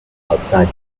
outside